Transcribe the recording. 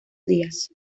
días